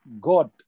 God